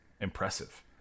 impressive